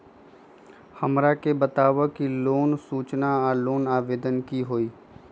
हमरा के बताव कि लोन सूचना और लोन आवेदन की होई?